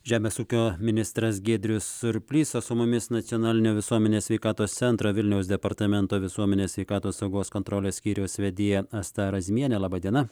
žemės ūkio ministras giedrius surplys su mumis nacionalinio visuomenės sveikatos centro vilniaus departamento visuomenės sveikatos saugos kontrolės skyriaus vedėja asta razmienė laba diena